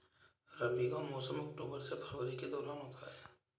रबी का मौसम अक्टूबर से फरवरी के दौरान होता है